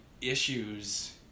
issues